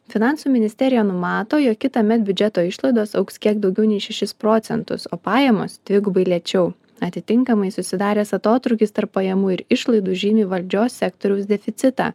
finansų ministerija numato jog kitąmet biudžeto išlaidos augs kiek daugiau nei šešis procentus o pajamos dvigubai lėčiau atitinkamai susidaręs atotrūkis tarp pajamų ir išlaidų žymi valdžios sektoriaus deficitą